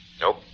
Nope